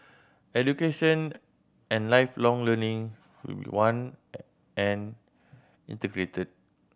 Education and Lifelong Learning will be one and integrated